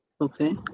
okay